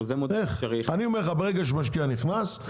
אני אומר לך שברגע שמשקיע נכנס,